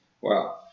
Wow